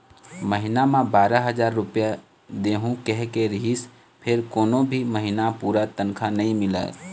महिना म बारा हजार रूपिया देहूं केहे रिहिस फेर कोनो भी महिना पूरा तनखा नइ मिलय